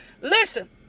Listen